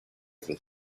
over